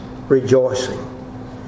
rejoicing